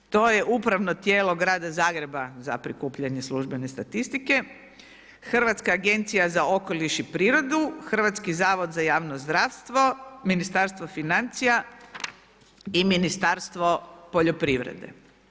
To je upravno tijelo Grada Zagreba, za prikupljanje službene statistike, Hrvatska agencija za okoliš i prirodu, Hrvatski zavod za javno zdravstvo, Ministarstvo financija i Ministarstvo poljoprivrede.